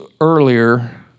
earlier